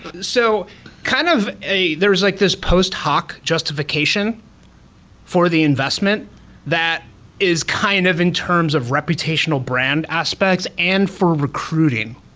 so kind of there's like this post hoc justification for the investment that is kind of in terms of reputational brand aspects and for recruiting.